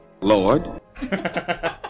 Lord